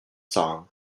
song